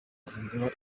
guhindura